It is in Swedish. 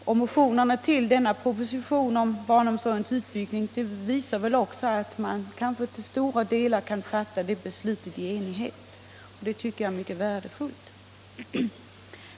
Motionerna i anslutning till den propositionen visar väl också att vi i stort sett torde kunna fatta beslut i enighet, och det tycker jag är mycket värdefullt.